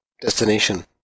destination